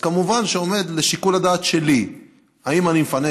אז כמובן עומד לשיקול הדעת שלי אם אני מפנה